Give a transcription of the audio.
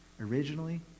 originally